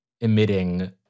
emitting